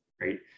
Right